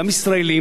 גם ישראלים,